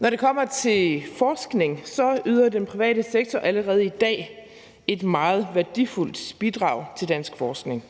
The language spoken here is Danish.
Når det kommer til forskning, yder den private sektor allerede i dag et meget værdifuldt bidrag til dansk forskning.